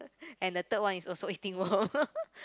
and the third one is also eating worm